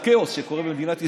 הכאוס שקורה במדינת ישראל,